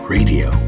Radio